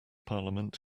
parliament